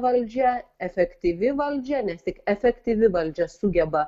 valdžia efektyvi valdžia ne tik efektyvi valdžia sugeba